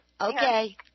Okay